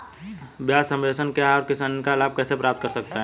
ब्याज सबवेंशन क्या है और किसान इसका लाभ कैसे प्राप्त कर सकता है?